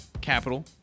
capital